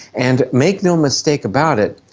and make no mistake about it,